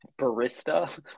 barista